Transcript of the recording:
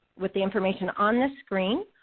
with the information on this screen.